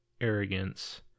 arrogance